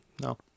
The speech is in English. No